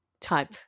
type